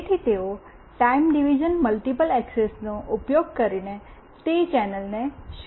તેથી તેઓ time division multiple એક્સેસનો ઉપયોગ કરીને તે ચેનલને શેર કરી રહ્યાં છે